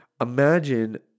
Imagine